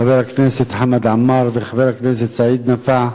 חבר הכנסת חמד עמאר וחבר הכנסת סעיד נפאע,